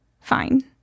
fine